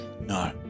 No